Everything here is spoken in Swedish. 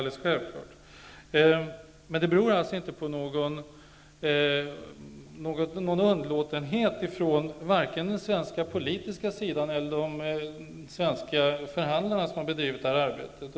Det beror inte på någon underlåtenhet från Sverige politiskt eller från de svenska förhandlarna som har bedrivit det här arbetet.